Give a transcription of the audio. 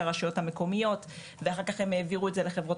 הרשויות המקומיות ואחר כך הם יעבירו את זה לחברות